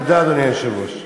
תודה, אדוני היושב-ראש.